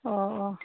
अ अ